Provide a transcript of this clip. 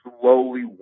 Slowly